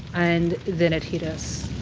and then it hit us.